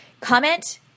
comment